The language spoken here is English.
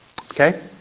Okay